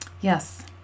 Yes